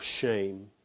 shame